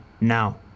now